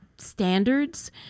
standards